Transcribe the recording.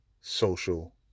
social